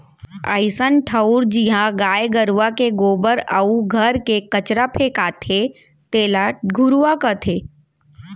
अइसन ठउर जिहॉं गाय गरूवा के गोबर अउ घर के कचरा फेंकाथे तेला घुरूवा कथें